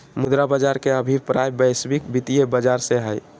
मुद्रा बाज़ार के अभिप्राय वैश्विक वित्तीय बाज़ार से हइ